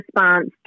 response